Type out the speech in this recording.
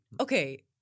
okay